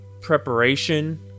preparation